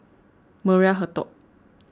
Maria Hertogh